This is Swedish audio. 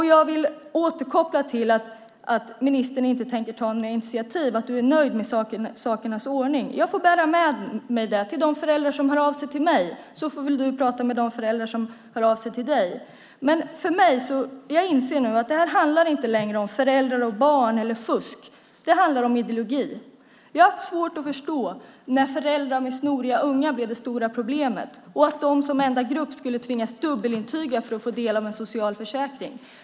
Jag vill återkoppla till att ministern inte tänker ta några initiativ. Du är nöjd med sakernas ordning. Jag får bära med mig det till de föräldrar som hör av sig till mig så får väl du prata med de föräldrar som hör av sig till dig. Jag inser nu att det här inte längre handlar om föräldrar och barn eller fusk. Det handlar om ideologi. Jag har haft svårt att förstå när föräldrar med snoriga ungar blev det stora problemet och att de som enda grupp skulle tvingas dubbelintyga för att få del av en socialförsäkring.